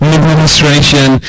administration